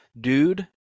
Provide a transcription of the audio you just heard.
Dude